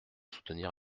soutenir